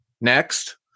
Next